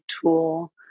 tool